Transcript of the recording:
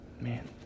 Man